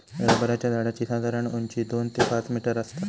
रबराच्या झाडाची साधारण उंची दोन ते पाच मीटर आसता